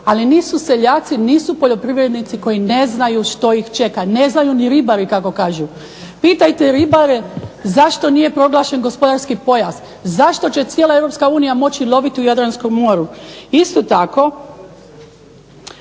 ali nisu seljaci, nisu poljoprivrednici koji ne znaju što ih čeka, ne znaju ni ribari kako kažu. Pitajte ribare zašto nije proglašen gospodarski pojas, zašto će Europska unija moći loviti u Jadranskom moru. Isto tako